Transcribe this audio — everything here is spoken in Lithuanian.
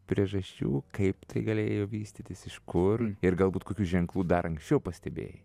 priežasčių kaip tai galėjo vystytis iš kur ir galbūt kokių ženklų dar anksčiau pastebėjai